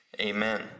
Amen